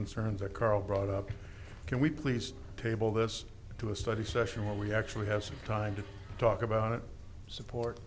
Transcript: concerns or carl brought up can we please table this to a study session where we actually have some time to talk about it support